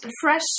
fresh